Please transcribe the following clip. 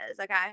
Okay